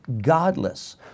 godless